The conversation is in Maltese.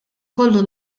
kollu